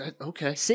Okay